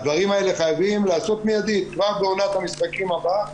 הדברים האלה חייבים להיעשות מיידית כבר בעונת המשחקים הבאה.